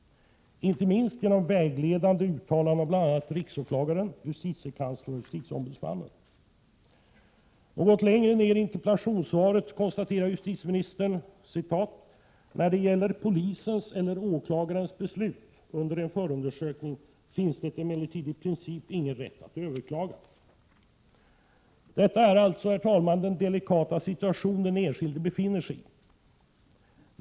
1987/88:83 de uttalanden från bl.a. riksåklagaren, justitiekanslern och justitieombuds 14 mars 1988 mannen.” Något längre ner i interpellationssvaret konstaterar justitieministern: ”När det gäller polisens eller åklagarens beslut under en förundersökning finns det emellertid i princip ingen rätt att överklaga.” Detta är alltså den delikata situation den enskilde befinner sig i.